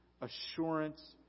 assurance